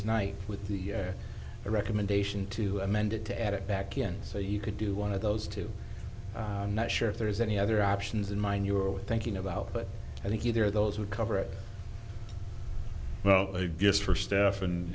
tonight with the recommendation to amend it to add it back in so you could do one of those two i'm not sure if there is any other options in mind you are thinking about but i think either of those would cover it well just for stuff and